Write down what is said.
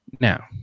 Now